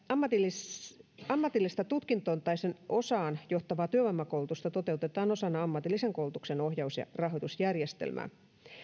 ammatillista ammatillista tutkintoon tai sen osaan johtavaa työvoimakoulutusta toteutetaan osana ammatillisen koulutuksen ohjaus ja rahoitusjärjestelmää